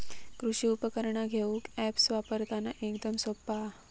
कृषि उपकरणा घेऊक अॅप्स वापरना एकदम सोप्पा हा